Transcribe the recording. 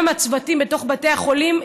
גם הצוותים בתוך בתי החולים,